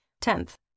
Tenth